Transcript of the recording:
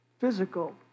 physical